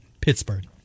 Pittsburgh